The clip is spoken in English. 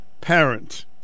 parent